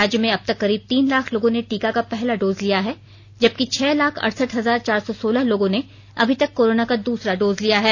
राज्य में अबतक करीब तीन लाख लोगों ने टीका का पहला डोज लिया है जबकि छह लाख अड़सठ हजार चार सौ सोलह लोगों ने अभी तक कोरोना का दूसरा डोज लिया है